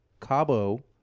Cabo